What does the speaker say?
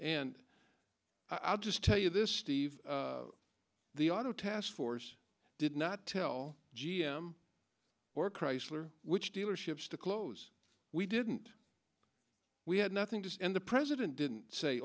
and i'll just tell you this steve the auto task force did not tell g m or chrysler which dealerships to close we didn't we had nothing to say and the president didn't say